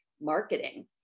marketing